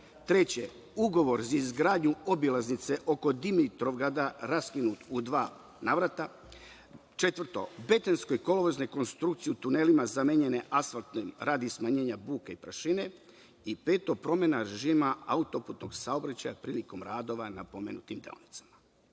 ugovor za izgradnju obilaznice oko Dimitrovgrada raskinut u dva navrata. Četvrto, betonske i kolovozne konstrukcije u tunelima zamenjene asfaltnim radi smanjenja buke i prašine. Pet, promena režima autoputnog saobraćaja prilikom radova na pomenutim